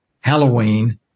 Halloween